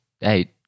Eight